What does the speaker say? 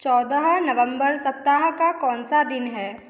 चौदह नवम्बर सप्ताह का कौन सा दिन है